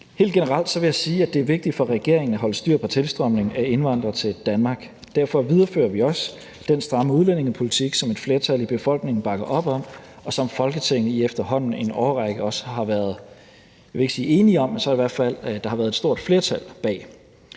Helt generelt vil jeg sige, at det er vigtigt for regeringen at holde styr på tilstrømningen af indvandrere til Danmark. Derfor viderefører vi også den stramme udlændingepolitik, som et flertal i befolkningen bakker op om, og som Folketinget i efterhånden en årrække også har været, jeg vil ikke sige enige om, men som der i hvert fald har været et stort flertal bag,